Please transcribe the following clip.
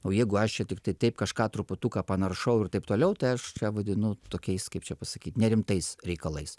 o jeigu aš čia tiktai taip kažką truputuką panaršau ir taip toliau tai aš čia vadinu tokiais kaip čia pasakyt ne nerimtais reikalais